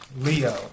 Leo